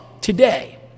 today